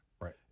Right